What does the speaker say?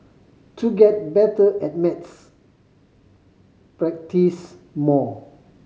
to get better at maths practise more